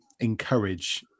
encourage